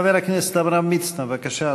חבר הכנסת עמרם מצנע, בבקשה,